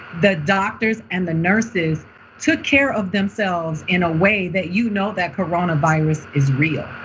the doctors and the nurses took care of themselves in a way that you know that coronavirus is real.